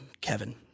Kevin